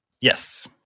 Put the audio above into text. Yes